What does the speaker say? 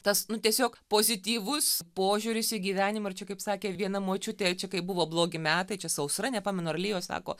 tas nu tiesiog pozityvus požiūris į gyvenimą ir čia kaip sakė viena močiutė čia kai buvo blogi metai čia sausra nepamenu ar lijo sako